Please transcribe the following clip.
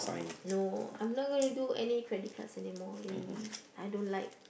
no I'm not gonna do any credit cards anymore eh I don't like